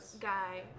guy